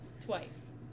Twice